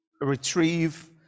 retrieve